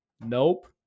Nope